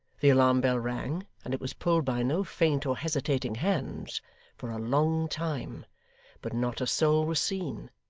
the alarm-bell rang and it was pulled by no faint or hesitating hands for a long time but not a soul was seen.